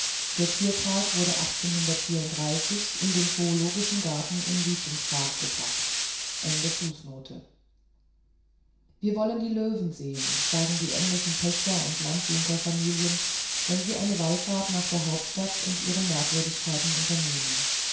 in regent's park gebracht wir wollen die löwen sehen sagen die englischen pächter und landjunkerfamilien wenn sie eine wallfahrt nach der hauptstadt und ihren merkwürdigkeiten unternehmen